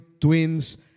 twins